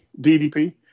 DDP